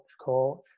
coach